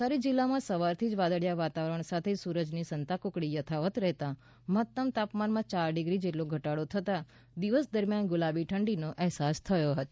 નવસારી જિલ્લામાં સવારથી જ વાદળીયા વાતાવરણ સાથે સૂરજની સંતાકૂકડી યથાવત્ રહેતાં મહત્તમ તાપમાનમાં ચાર ડીગ્રી જેટલો ધટાડો થતાં દિવસ દરમ્યાન ગુલાબી ઠંડીનો અહેસાસ થયો હતો